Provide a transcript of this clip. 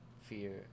Fear